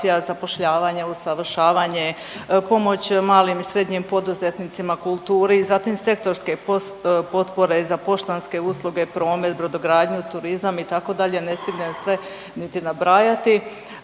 zapošljavanje, usavršavanje, pomoć malim i srednjim poduzetnicima, kulturi. Zatim sektorske potpore za poštanske usluge, promet, brodogradnju, turizam itd., ne stignem sve niti nabrajati.